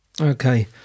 Okay